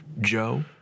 joe